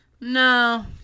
No